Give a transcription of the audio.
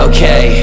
Okay